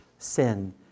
sin